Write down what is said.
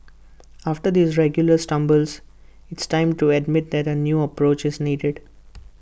after these regular stumbles it's time to admit that A new approach is needed